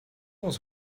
was